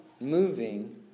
moving